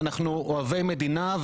אוהבי מדינה,